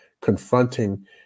confronting